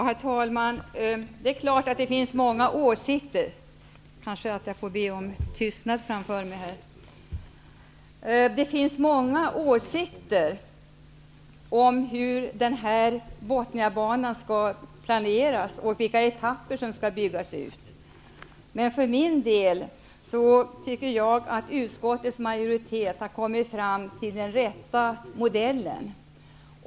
Herr talman! Det är klart att det finns många åsikter om hur Botniabanan skall planeras och vilka etapper som skall byggas ut. Jag tycker att utskottets majoritet har kommit fram till den rätta modellen.